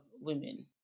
women